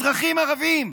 אזרחים ערבים.